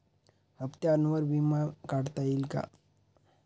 हप्त्यांवर विमा काढता येईल का?